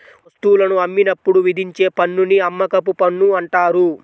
వస్తువులను అమ్మినప్పుడు విధించే పన్నుని అమ్మకపు పన్ను అంటారు